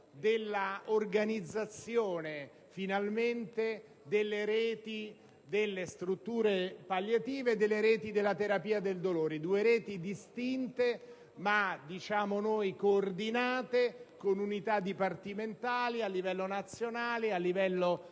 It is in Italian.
dell'organizzazione - finalmente - delle reti delle strutture palliative e delle reti della terapia del dolore: due reti distinte, ma coordinate con unità dipartimentali a livello nazionale, regionale